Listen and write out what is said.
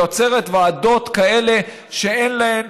ויוצרת ועדות כאלה שאין בהן